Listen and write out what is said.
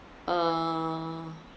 err